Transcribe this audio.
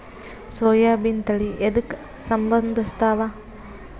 ಸೋಯಾಬಿನ ತಳಿ ಎದಕ ಸಂಭಂದಸತ್ತಾವ?